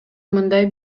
мындай